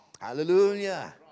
Hallelujah